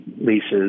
leases